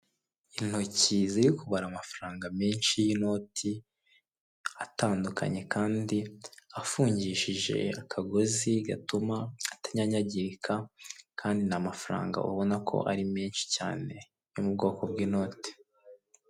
Intoki ziri kubara amafaranga menshi y'inoti, atandukanye kandi afungishije akagozi gatuma atanyanyagirika kandi ni mafaranga ubona ko ari menshi cyane yo mu bwoko bw'inoti.